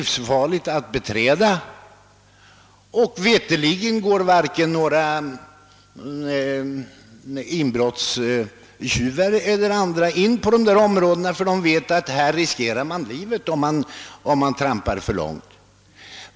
Veterligen tar sig varken inbrottstjuvar eller andra obehöriga in på dessa områden, ty de vet att de i så fall riskerar livet.